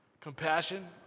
Compassion